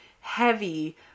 heavy